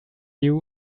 you